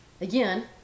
Again